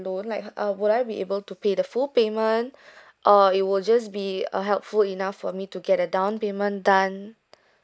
loan like uh would I be able to pay the full payment or it will just be a helpful enough for me to get a down payment done